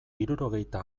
hirurogeita